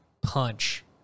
punch